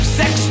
sex